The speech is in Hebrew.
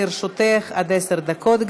לרשותך עד עשר דקות,